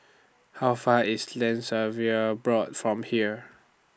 How Far IS Land Surveyors Board from here